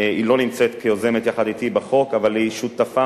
היא לא נמצאת כיוזמת יחד אתי בחוק אבל היא שותפה